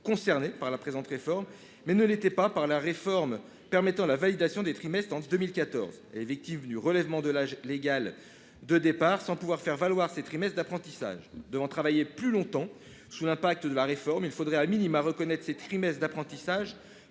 concernée par la présente réforme, alors qu'elle ne l'était pas par la réforme permettant la validation des trimestres en 2014. Elle est victime du relèvement de l'âge légal de départ, sans pouvoir faire valoir ses trimestres d'apprentissage. Puisqu'elle devra travailler plus longtemps après l'adoption de la réforme, il faudrait reconnaître ses trimestres d'apprentissage,